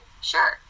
Sure